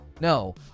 No